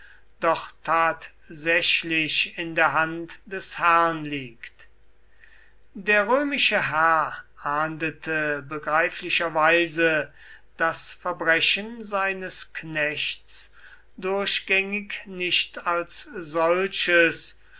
doch tatsächlich in der hand des herrn liegt der römische herr ahndete begreiflicherweise das verbrechen seines knechts durchgängig nicht als solches